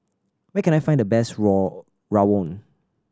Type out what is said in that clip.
where can I find the best raw rawon